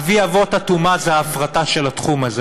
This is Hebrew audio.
אבי אבות הטומאה זה ההפרטה של התחום הזה.